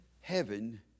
heaven